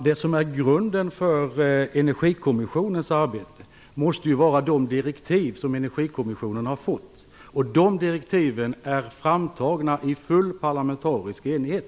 Herr talman! Grunden för Energikommissionens arbete måste vara de direktiv som kommissionen har fått, vilka är framtagna i full parlamentarisk enighet.